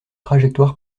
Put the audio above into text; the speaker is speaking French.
trajectoire